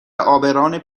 عابران